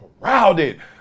crowded